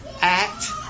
act